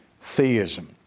theism